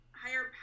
Higher